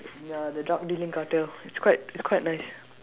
ya the drug dealing cartel it's quite it's quite nice